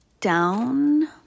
down